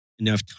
Enough